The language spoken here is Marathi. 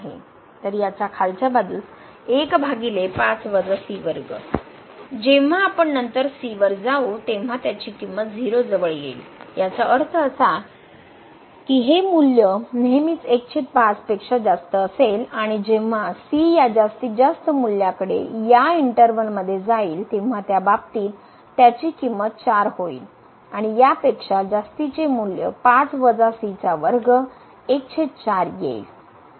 तर याच्या खालच्या बाजूस जेव्हा आपण नंतर c वर जाउ तेव्हा त्याची किंमत 0 जवळ जाईल याचा अर्थ असा की हे मूल्य नेहमीच 15 पेक्षा जास्त असेल आणि जेव्हा c या जास्तीत जास्त मूल्याकडे या इंटर्वल मध्ये जाईल तेव्हा त्या बाबतीत त्यची किंमत 4 होईल आणि यापेक्षा जास्तीचे मूल्य 5 वजा c चा वर्ग 14 येईल